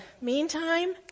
meantime